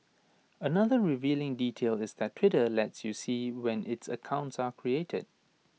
another revealing detail is that Twitter lets you see when its accounts are created